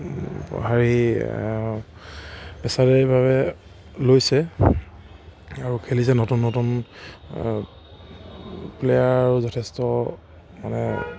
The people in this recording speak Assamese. হেৰি পেছাদাৰীভাৱে লৈছে আৰু খেলিছে নতুন নতুন প্লেয়াৰো যথেষ্ট মানে